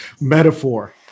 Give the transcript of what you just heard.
Metaphor